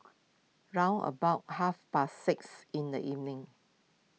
round about half past six in the evening